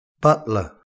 butler